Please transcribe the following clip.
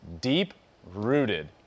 deep-rooted